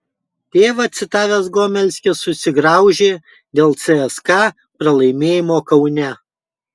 tėvą citavęs gomelskis susigraužė dėl cska pralaimėjimo kaune